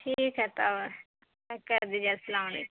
ٹھیک ہے تب پیک کر دیجیے السلام علیک